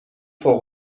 فوق